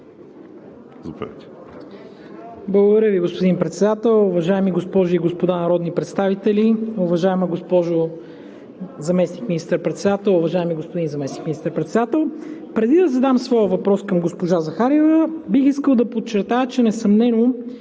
Благодаря Ви, господин Председател. Уважаеми госпожи и господа народни представители, уважаема госпожо Заместник министър-председател, уважаеми господин Заместник министър-председател! Преди да задам своя въпрос към госпожа Захариева, бих искал да подчертая, че несъмнено